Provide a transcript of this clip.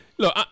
Look